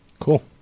cool